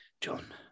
John